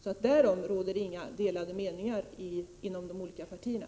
Därom råder det alltså inga delade meningar mellan de olika partierna.